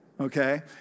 Okay